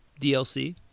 DLC